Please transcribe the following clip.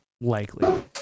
likely